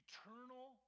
Eternal